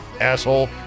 asshole